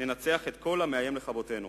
ננצח את כל המאיים לכבותנו.